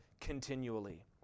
continually